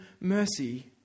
mercy